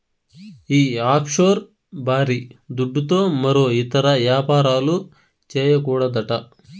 ఈ ఆఫ్షోర్ బారీ దుడ్డుతో మరో ఇతర యాపారాలు, చేయకూడదట